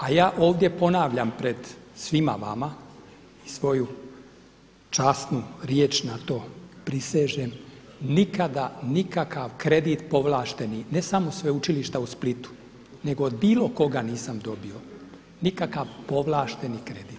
A ja ovdje ponavljam pred svima vama i svoju časnu riječ na to prisežem nikada nikakav kredit povlašteni ne samo Sveučilišta u Splitu, nego od bilo koga nisam dobio nikakav povlašteni kredit.